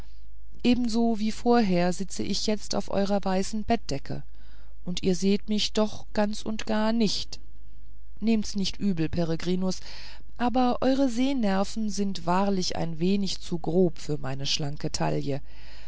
ebenso wie vorher sitze ich jetzt auf eurer weißen bettdecke und ihr seht mich doch ganz und gar nicht nehmt's nicht übel peregrinus aber eure sehnerven sind wahrlich ein wenig zu grob für meine schlanke taille